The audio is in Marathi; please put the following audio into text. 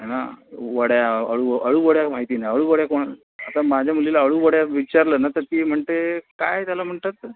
आहे ना वड्या अळू अळूवड्या माहिती नाही अळूवड्या कोणा आता माझ्या मुलीला अळूवड्या विचारलं ना तर ती म्हणते काय त्याला म्हणतात